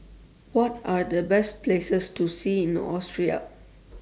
What Are The Best Places to See in Austria